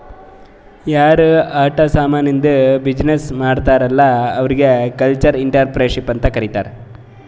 ಯಾರ್ ಆಟ ಸಾಮಾನಿದ್ದು ಬಿಸಿನ್ನೆಸ್ ಮಾಡ್ತಾರ್ ಅಲ್ಲಾ ಅವ್ರಿಗ ಕಲ್ಚರಲ್ ಇಂಟ್ರಪ್ರಿನರ್ಶಿಪ್ ಅಂತ್ ಕರಿತಾರ್